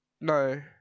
no